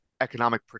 economic